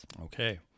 Okay